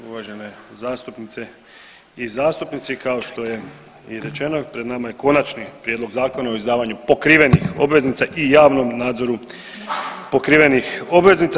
Uvažene zastupnice i zastupnici, kao što je i rečeno pred nama je Konačni prijedlog Zakona o izdavanju pokrivenih obveznica i javnom nadzoru pokrivenih obveznica.